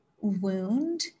wound